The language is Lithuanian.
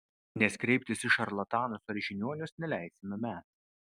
nes kreiptis į šarlatanus ar žiniuonius neleisime mes